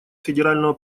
федерального